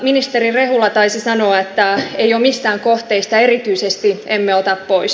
ministeri rehula taisi sanoa että mistään kohteista erityisesti emme ota pois